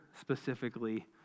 specifically